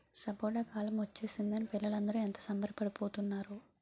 సపోటా కాలం ఒచ్చేసిందని పిల్లలందరూ ఎంత సంబరపడి పోతున్నారో